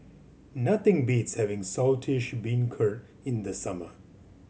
nothing beats having Saltish Beancurd in the summer